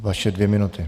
Vaše dvě minuty.